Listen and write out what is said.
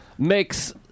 Makes